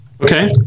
Okay